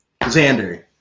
Xander